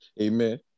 Amen